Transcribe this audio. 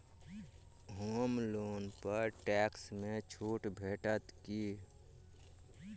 होम loan पर tax मे छुट भेटत की